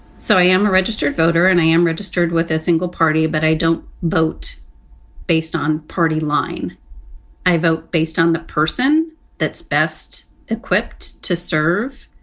so i am a registered voter and i am registered with a single party, but i don't vote based on party line i vote based on the person that's best equipped to serve